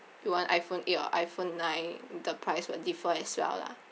you want iphone eight or iphone nine the price will differ as well lah